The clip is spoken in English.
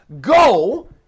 Go